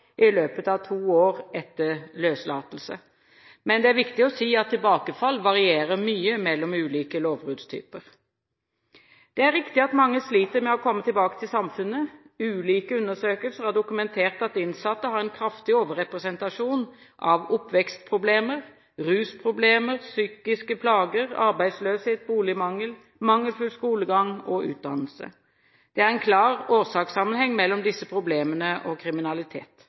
i løpet av to år etter løslatelse. Men det er viktig å si at tilbakefall varierer mye mellom ulike lovbruddstyper. Det er riktig at mange sliter med å komme tilbake til samfunnet. Ulike undersøkelser har dokumentert at innsatte har en kraftig overrepresentasjon av oppvekstproblemer, rusproblemer, psykiske plager, arbeidsløshet, boligmangel, mangelfull skolegang og utdannelse. Det er en klar årsakssammenheng mellom disse problemene og kriminalitet.